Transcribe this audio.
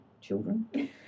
children